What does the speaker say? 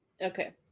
Okay